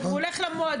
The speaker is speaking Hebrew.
והוא הולך למועדון,